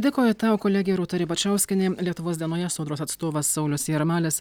dėkoju tau kolegė rūta ribačiauskienė lietuvos danguje sodros atstovas saulius jarmalis